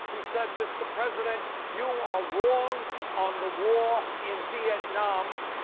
he said mr. president you are wrong on the war in vietnam.